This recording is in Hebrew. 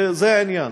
זה העניין.